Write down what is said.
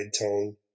tone